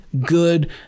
good